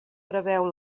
preveu